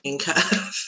curve